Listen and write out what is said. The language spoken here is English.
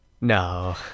No